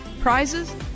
prizes